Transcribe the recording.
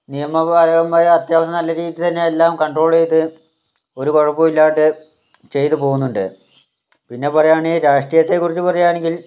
നിയമപാലകന്മാർ അത്യാവശ്യം നല്ല രീതിയിൽ തന്നെ എല്ലാം കൺട്രോൾ ചെയ്ത് ഒരു കുഴപ്പമിലാണ്ട് ചെയ്തു പോകുന്നുണ്ട് പിന്നെ പറയുകയാണെങ്കിൽ രാഷ്ട്രീയത്തെക്കുറിച്ച് പറയുകയാണെങ്കിൽ